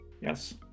Yes